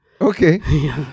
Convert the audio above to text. Okay